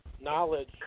knowledge